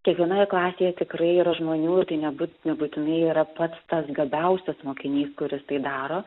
kiekvienoje klasėje tikrai yra žmonių ir tai nebus nebūtinai yra pats tas gabiausias mokinys kuris tai daro